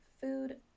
Food